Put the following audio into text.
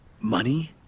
Money